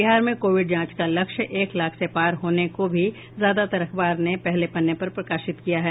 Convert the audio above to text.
बिहार में कोविड जांच का लक्ष्य एक लाख से पार होने को भी ज्यादातर अखबार ने पहले पन्ने पर प्रकाशित किया है